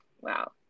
wow